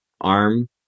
arm